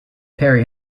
parry